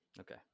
okay